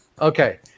Okay